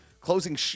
closing